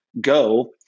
go